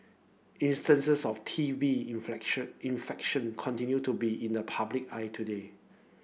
instances of T B infection continue to be in the public eye today